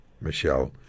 Michelle